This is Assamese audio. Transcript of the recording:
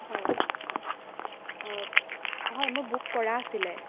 হয় হয় হয় মোৰ বুক কৰা আছিল